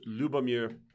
Lubomir